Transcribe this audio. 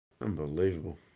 Unbelievable